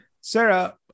Sarah